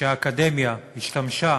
שהאקדמיה השתמשה